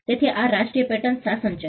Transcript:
તેથી આ રાષ્ટ્રીય પેટન્ટ શાસન છે